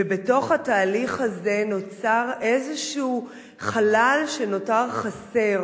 בתוך התהליך הזה נוצר איזשהו חלל שנותר חסר,